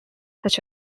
such